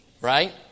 Right